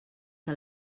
que